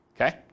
okay